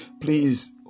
please